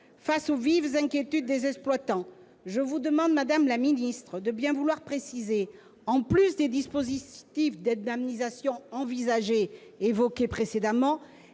les vives inquiétudes des exploitants, je vous demande, madame la ministre, de bien vouloir préciser- en plus des dispositifs d'indemnisation envisagés précédemment